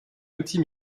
outil